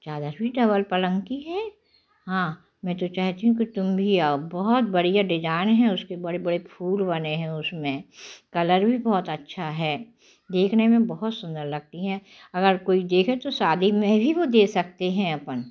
चादर भी डबल पलंग की है हाँ मैं तो चाहती हूँ कि तुम भी आओ बहुत बढ़िया डिजायन है उसके बड़े बड़े फूल बने हैं उसमें कलर भी बहुत अच्छा है देखने में बहुत सुंदर लगती है अगर कोई देखे तो शादी में भी वो दे सकते हैं अपन